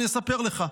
אני אספר לך,